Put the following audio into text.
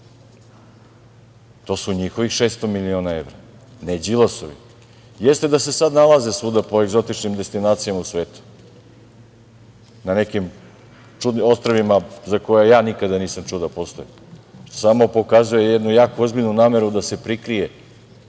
To su njihovih 600 milione evra, ne Đilasovi. Jeste da se sada nalaze svuda po egzotičnim destinacijama u svetu, na nekim ostrvima za koje ja nikada nisam čuo da postoje, samo pokazuje jednu jako ozbiljnu nameru da se prikrije